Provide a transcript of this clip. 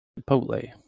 Chipotle